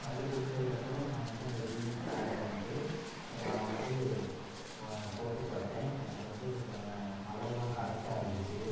வந்து கொடுத்ததுக்கு அப்புறம் நான் வந்து அந்த ஜீன்ஸ் பேண்ட்டை வந்து நான் வந்து போட்டுப்பார்த்தே எனக்கு வந்து ச அளவெல்லாம் கர்ரெக்ட்டாக இருந்துச்சு